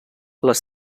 les